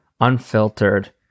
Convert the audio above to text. unfiltered